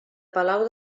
palau